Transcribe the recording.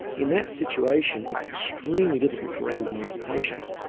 in that situation it's extremely difficult to randomised patients.